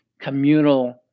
communal